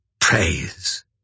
Praise